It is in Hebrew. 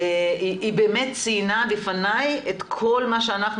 -- היא באמת ציינה לפניי את כל מה שאנחנו